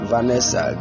Vanessa